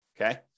Okay